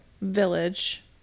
village